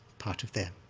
part of their